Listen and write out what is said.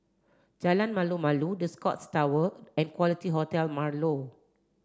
Jalan Malu Malu The Scotts Tower and Quality Hotel Marlow